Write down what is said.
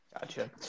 Gotcha